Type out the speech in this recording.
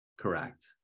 Correct